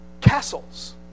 castles